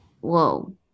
Whoa